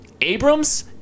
Abrams